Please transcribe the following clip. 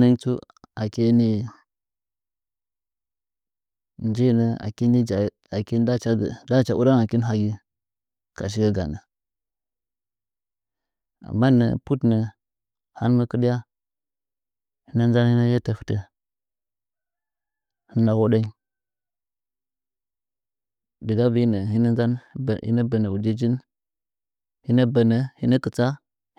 Naitsu aki ni njinɚ aki ni ndacha jaai ndacha ura hari hagɨ ka shiye ganɚ mannɚ put nɚ han mɨ kɨdy hɨn mɨ nzan hɨn mɨ yette fɨ tɚ hɨna a hoɗɚ nyi dɨga bii ɚɚ hɨna nzan dt htna ɓɚnɚ ujijin hɨ na bɚnɚ hɨna ktsta